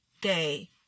day